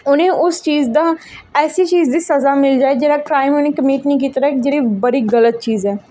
उ'नें उस चीज दा ऐसी चीज दी स'जा मिल जाए जेह्ड़ा क्राइम उ'नें कमिट्ट निं कीते दा ऐ जेह्ड़ी बड़ी गल्त चीज ऐ